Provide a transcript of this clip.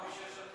אדוני היושב-ראש,